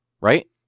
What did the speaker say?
right